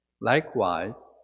Likewise